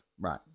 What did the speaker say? right